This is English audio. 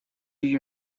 you